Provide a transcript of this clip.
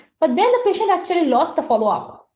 but then the patient actually lost the follow up.